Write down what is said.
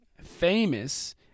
famous